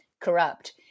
corrupt